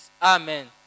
Amen